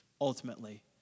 ultimately